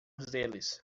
deles